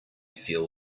feel